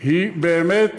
היא באמת